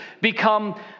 become